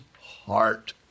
heart